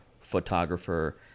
photographer